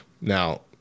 Now